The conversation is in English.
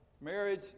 marriage